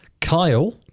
Kyle